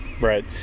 right